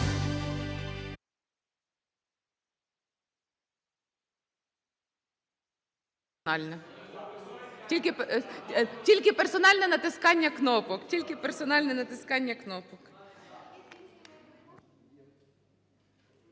Тільки персональне натискання кнопок,